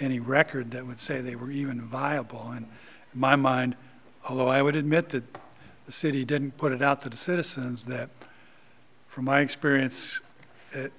any record that would say they were even viable on my mind although i would admit that the city didn't put it out to the citizens that from my experience it